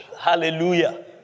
Hallelujah